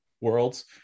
worlds